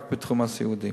רק בתחום הסיעודי.